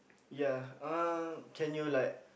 ya um can you like